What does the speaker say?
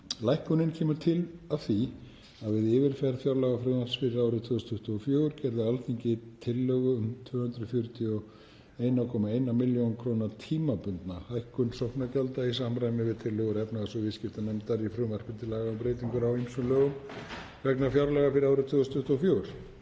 Lækkunin kemur til af því að við yfirferð fjárlagafrumvarps fyrir árið 2024 gerði Alþingi tillögu um 241,1 millj. kr. tímabundna hækkun sóknargjalda í samræmi við tillögur efnahags- og viðskiptanefndar í frumvarpi til laga um breytingu á ýmsum lögum vegna fjárlaga fyrir árið 2024.